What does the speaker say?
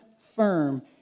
firm